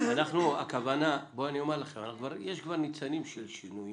יש כבר ניצנים של שינויים.